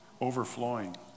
overflowing